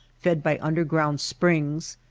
fed by under ground springs,